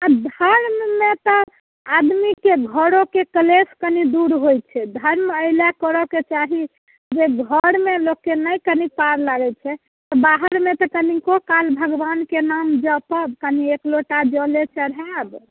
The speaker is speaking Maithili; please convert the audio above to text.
आ धर्ममे तऽ आदमीके घरोके क्लेश कनि दूर होइत छै धर्म एहि ला करऽ के चाही जे घरमे लोककेँ ने कनि पार लागैत छै तऽ बाहरमे कनिको काल भगवानके नाम जपब कनि एक लोटा जले चढ़ायब